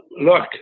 look